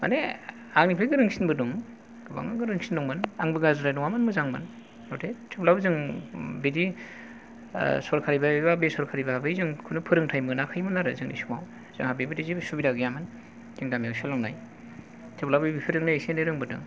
माने आंनिफ्राय गोरोंसिनबो दं गोबां गोरोंसिन दंमोन आंबो गाज्रिद्राय नङामोन मोजांमोन थेवब्लाबो जों बिदि सरखारि भाबै बा बेसरखारि भाबै जों खुनु फोरोंथाय मोनाखैमोन आरो जोंनि समाव जोंहा बेबायदि जेबो सुबिदा गैयामोन जोंनि गामियाव सोलोंनाय थेवब्लाबो बेफोरजोंनो एसे एनै रोंबोदों